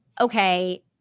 Okay